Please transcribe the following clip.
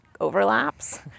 overlaps